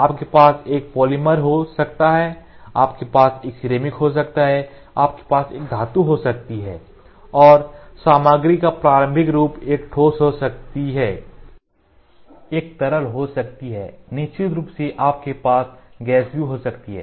आपके पास एक पॉलीमर हो सकता है आपके पास एक सिरेमिक हो सकता है आपके पास एक धातु हो सकती है और सामग्री का प्रारंभिक रूप एक ठोस हो सकती है एक तरल हो सकती है निश्चित रूप से आपके पास गैस भी हो सकती है